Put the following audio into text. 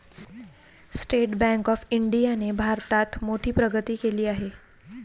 state Bank of इंडियाने भारतात मोठी प्रगती केली आहे